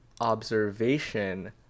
observation